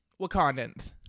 Wakandans